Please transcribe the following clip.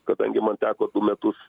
kadangi man teko metus